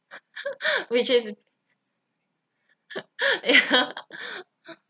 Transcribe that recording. which is ya